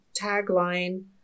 tagline